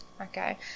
Okay